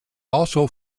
also